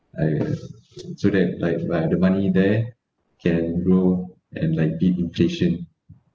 I uh so that like my the money there can roll and like beat inflation